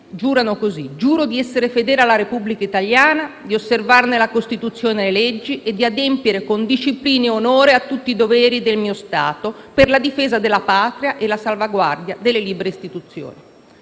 seguente modo: «Giuro di essere fedele alla Repubblica italiana, di osservarne la Costituzione e le leggi e di adempiere con disciplina ed onore tutti i doveri del mio Stato per la difesa della Patria e la salvaguardia delle libere istituzioni».